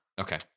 Okay